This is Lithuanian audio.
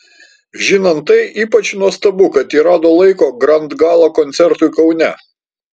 žinant tai ypač nuostabu kad ji rado laiko grand gala koncertui kaune